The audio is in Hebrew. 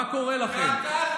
מה קורה לכם?